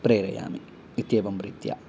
प्रेरयामि इत्येवं रीत्या